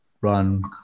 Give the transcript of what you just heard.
run